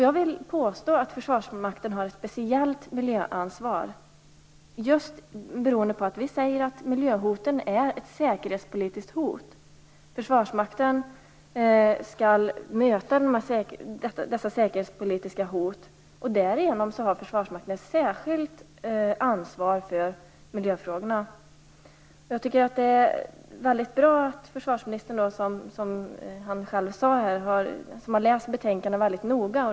Jag vill påstå att Försvarsmakten har ett speciellt miljöansvar beroende på att miljöfarorna är ett säkerhetspolitiskt hot. Försvarsmakten skall möta sådana säkerhetspolitiska hot, och därigenom har Försvarsmakten ett särskilt ansvar för miljöfrågorna. Jag tycker att det är väldigt bra att försvarsministern, som han själv sade, har läst betänkandet väldigt noga.